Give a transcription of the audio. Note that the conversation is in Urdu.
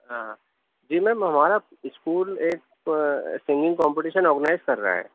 ہاں جی میں مبارک اسکول ایک سنگنگ کمپٹیشن اورگنائز کر رہا ہے